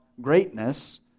greatness